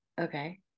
okay